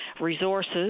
resources